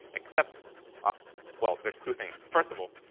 except ah well, there's two things. first of all,